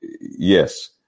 yes